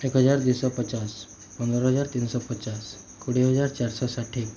ଏକ ହଜାର ଦୁଇଶହ ପଚାଶ ପନ୍ଦର ହଜାର ତିନିଶହ ପଚାଶ କୋଡ଼ିଏ ହଜାର ଚାରିଶହ ଷାଠିଏ